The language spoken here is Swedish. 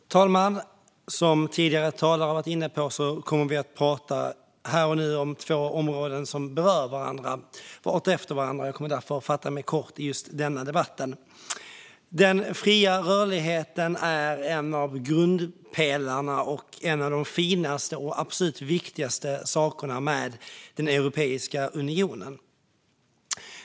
Fru talman! Som tidigare talare har varit inne på kommer vi här och nu att tala om två områden efter varandra som berör varandra. Jag kommer därför att fatta mig kort i just denna debatt. Den fria rörligheten är en av grundpelarna och en av de finaste och absolut viktigaste sakerna med Europeiska unionen.